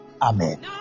Amen